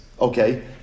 Okay